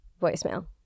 voicemail